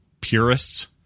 purists